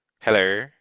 Hello